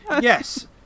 yes